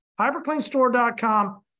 hypercleanstore.com